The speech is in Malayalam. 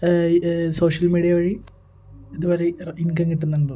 സോഷ്യൽ മീഡിയ വഴി ഇതുവഴി ഇൻകം കിട്ടുന്നുണ്ടല്ലോ